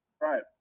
right